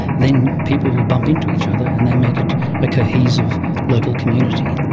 then people will bump into each other and they make it a cohesive local community.